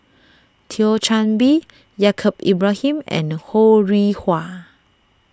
Thio Chan Bee Yaacob Ibrahim and Ho Rih Hwa